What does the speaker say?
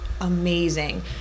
amazing